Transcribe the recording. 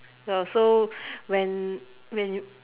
ya so when when you